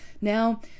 Now